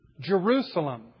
Jerusalem